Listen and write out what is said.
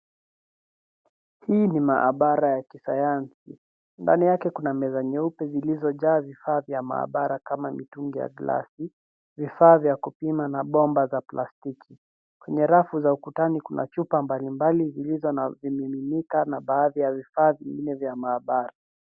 Hii ni maabara ya kisayansi. Ndani yake kuna meza nyeupe zilizojaa vifaa vya maabara kama mitungi ya glasi , vifaa vya kupima na bomba za plastiki. Kwenye rafu za ukutani kuna chupa mbalimbali zilizo na vimiminika na baadhi ya vifaa vingine vya maabara.